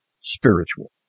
spiritual